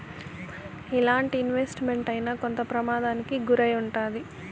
ఎలాంటి investment అయినా కొంత ప్రమాదానికి గురై ఉంటాది